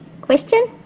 question